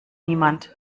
niemand